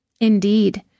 Indeed